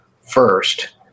first